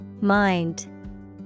Mind